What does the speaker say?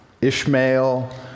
Ishmael